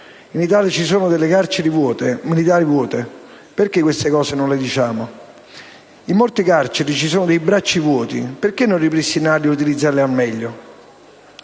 In Italia ci sono carceri militari vuote: perché queste cose non le diciamo? In molte carceri ci sono bracci vuoti: perché non ripristinarli e utilizzarli al meglio?